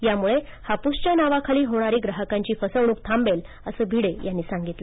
त्यामुळे हापूसच्या नावाखाली होणारी ग्राहकांची फसवणूक थांबेल असं भिडे यांनी सांगितलं